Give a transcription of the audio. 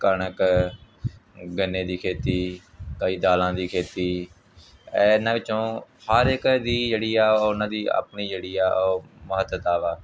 ਕਣਕ ਗੰਨੇ ਦੀ ਖੇਤੀ ਕਈ ਦਾਲਾਂ ਦੀ ਖੇਤੀ ਇਹਨਾਂ ਵਿੱਚੋਂ ਹਰ ਇੱਕ ਦੀ ਜਿਹੜੀ ਆ ਉਹਨਾਂ ਦੀ ਆਪਣੀ ਜਿਹੜੀ ਆ ਉਹ ਮਹੱਤਤਾ ਵਾ